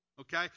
okay